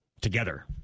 together